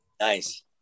Nice